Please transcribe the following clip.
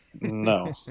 no